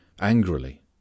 Angrily